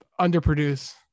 underproduce